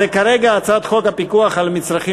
כרגע זה הצעת חוק הפיקוח על מצרכים